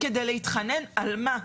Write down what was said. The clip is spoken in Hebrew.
כדי להתחנן, על מה?